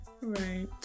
right